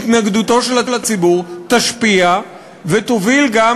התנגדותו של הציבור ישפיעו ויובילו גם